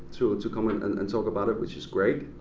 to to come in and and talk about it which is great.